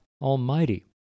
Almighty